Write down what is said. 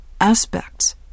aspects